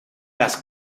las